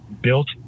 built